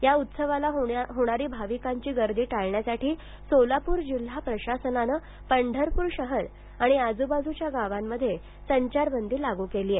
या उत्सवाला होणारी भाविकांची गर्दी टाळण्यासाठी सोलापूर जिल्हा प्रशासनानं पंढरपूर शहर आणि आजूबाजूच्या गावात संचारबंदी लागू केली आहे